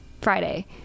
friday